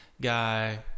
guy